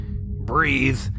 breathe